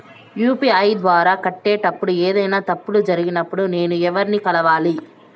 UPI ద్వారా కట్టేటప్పుడు ఏదైనా తప్పులు జరిగినప్పుడు నేను ఎవర్ని కలవాలి?